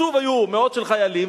שוב היו מאות של חיילים,